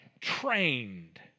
trained